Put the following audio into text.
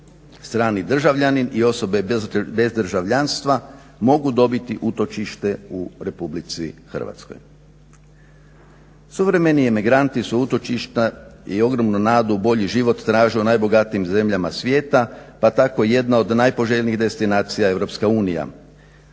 "Strani državljanin i osobe bez državljanstva mogu dobiti utočište u Republici Hrvatskoj." Suvremeni emigranti su utočišta i ogromnu nadu u bolji život tražili u najbogatijim zemljama svijeta, pa tako i jedna od najpoželjnijih destinacija EU.